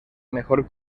mejor